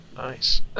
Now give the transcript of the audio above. Nice